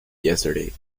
yesterday